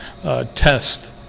test